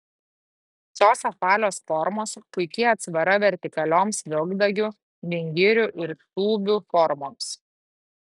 šios apvalios formos puiki atsvara vertikalioms vilkdalgių vingirių ir tūbių formoms